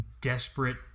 desperate